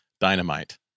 dynamite